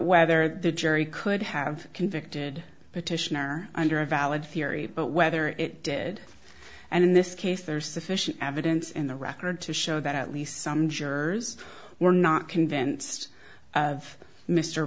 whether the jury could have convicted petitioner under a valid theory but whether it did and in this case there's sufficient evidence in the record to show that at least some jurors were not convinced of mr